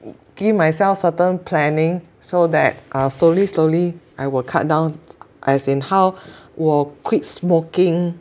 give myself certain planning so that uh slowly slowly I will cut down as in how 我 quit smoking